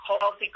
healthy